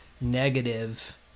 negative